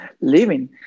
living